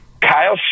Kyle